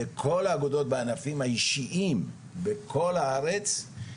וכל האגודות בענפים האישיים בכל הארץ,